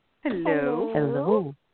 Hello